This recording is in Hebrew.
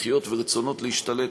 דחיות ורצונות להשתלט,